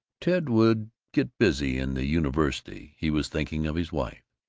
ted would get busy in the university. he was thinking of his wife.